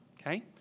okay